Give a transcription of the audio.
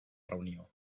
reunió